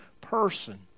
person